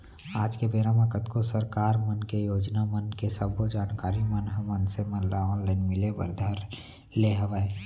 आज के बेरा म कतको सरकार मन के योजना मन के सब्बो जानकारी मन ह मनसे मन ल ऑनलाइन मिले बर धर ले हवय